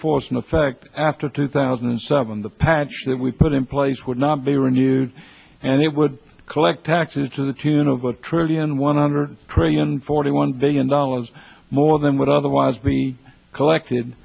force in effect after two thousand and seven the patch that we put in place would not be renewed and it would collect taxes to the tune of a trillion one hundred trillion forty one billion dollars more than would otherwise be collected